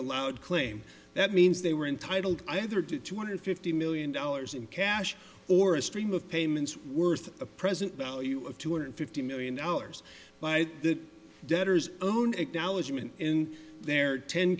allowed claim that means they were entitled either to two hundred fifty million dollars in cash or a stream of payments worth a present value of two hundred fifty million dollars by the debtors own acknowledgment in their ten